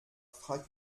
fragt